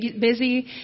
busy